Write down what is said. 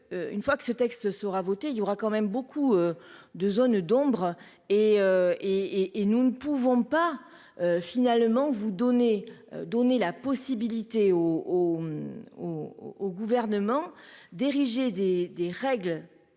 une fois que ce texte sera voté, il y aura quand même beaucoup de zones d'ombre et et et nous ne pouvons pas finalement vous donner, donner la possibilité au au au au gouvernement d'ériger des règles